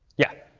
yeah,